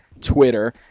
Twitter